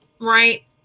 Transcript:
right